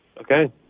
Okay